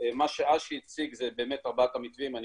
מה שאשר הציג זה באמת ארבעת המתווים אני